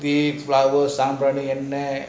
bathe flower சாம்ராணி என்ன:samrani enna